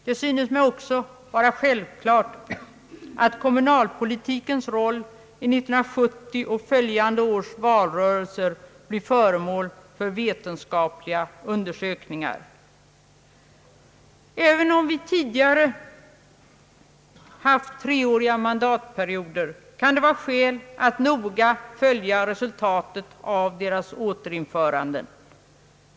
Det synes mig också vara självklart att kommunalpolitikens roll i 1970 och följande års valrörelse blir föremål för vetenskapliga undersökningar. Även om vi tidigare haft treåriga mandatperioder kan det vara skäl att noga följa resultatet av deras återinförande.